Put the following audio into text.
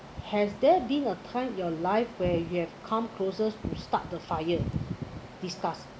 has there been a time in your life where you have come closest to start the fire discuss